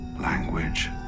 language